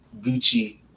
Gucci